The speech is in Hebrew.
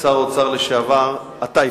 שר האוצר לשעבר, אתה הפסדת.